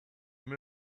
they